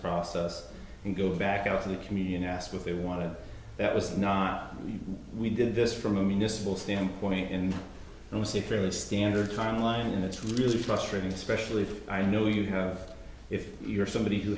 process and go back out to the communion ask if they want to that was not we did this from a municipal standpoint and it was the fairly standard timeline and it's really frustrating especially i know you have if you're somebody who